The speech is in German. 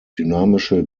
dynamische